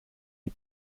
die